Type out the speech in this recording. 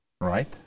right